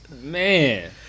Man